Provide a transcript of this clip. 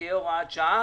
תהיה הוראת שעה